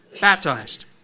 baptized